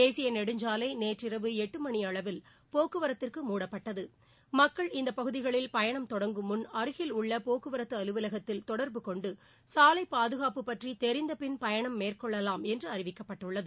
தேசிய நெடுஞ்சாலை நேற்றிரவு எட்டு மணியளவில் போக்குவரத்திற்கு மூடப்பட்டது மக்கள் இந்தப் பகுதிகளில் பயணம் தொடங்குமன் அருகிலுள்ள போக்குவரத்து அலுவலகத்தில் தொடர்பு கொண்டு சாலைப் பாதுகாப்பு பற்றி தெரிந்தபின் பயணம் மேற்கொள்ளலாம் என்று அறிவிக்கப்பட்டுள்ளது